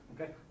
Okay